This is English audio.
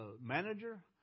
manager